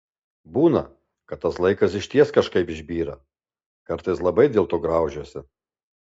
būna kad tas laikas išties kažkaip išbyra kartais labai dėlto graužiuosi